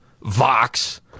Vox